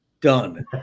Done